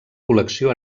col·lecció